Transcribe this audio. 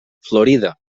florida